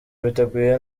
biteguye